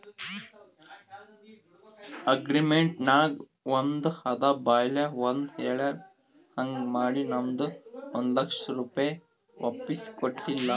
agreement ನಾಗ್ ಒಂದ್ ಅದ ಬಾಯ್ಲೆ ಒಂದ್ ಹೆಳ್ಯಾರ್ ಹಾಂಗ್ ಮಾಡಿ ನಮ್ದು ಒಂದ್ ಲಕ್ಷ ರೂಪೆ ವಾಪಿಸ್ ಕೊಟ್ಟಿಲ್ಲ